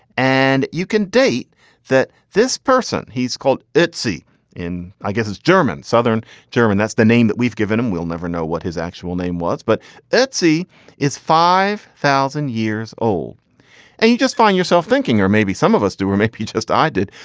and you can date that this person he's called etsi in, i guess it's german, southern german. that's the name that we've given him. we'll never know what his actual name was, but etsi is five thousand years old and you just find yourself thinking or maybe some of us do. or maybe just i did.